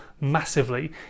massively